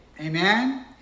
Amen